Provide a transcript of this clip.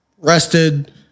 rested